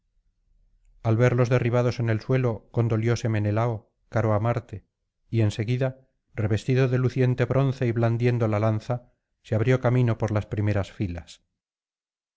al verlos derribados en el suelo condolióse menelao caro á marte y en seguida revestido de luciente bronce y blandiendo la lanza se abrió camino por las primeras filas